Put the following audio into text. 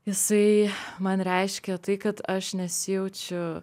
jisai man reiškia tai kad aš nesijaučiu